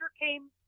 came